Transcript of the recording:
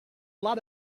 lot